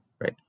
right